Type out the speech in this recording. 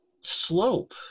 slope